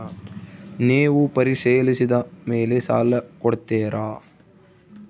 ನೇವು ಪರಿಶೇಲಿಸಿದ ಮೇಲೆ ಸಾಲ ಕೊಡ್ತೇರಾ?